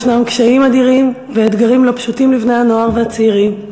ישנם קשיים אדירים ואתגרים לא פשוטים לבני-הנוער והצעירים.